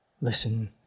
listen